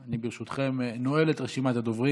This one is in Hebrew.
אני ברשותכם נועל את רשימת הדוברים,